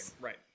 right